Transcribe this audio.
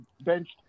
benched